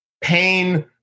pain